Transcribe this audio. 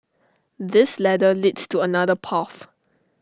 this ladder leads to another path